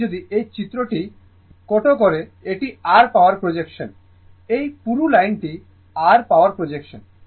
এখন যদি এই চিত্রটি কোটো করে এটি r পাওয়ার এক্সপ্রেশন এই পুরু লাইনটি r পাওয়ার এক্সপ্রেশন